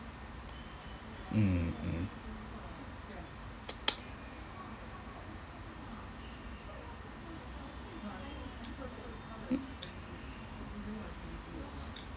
mm mm